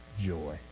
joy